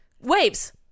Waves